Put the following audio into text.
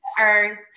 earth